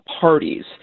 parties